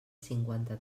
cinquanta